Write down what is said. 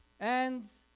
and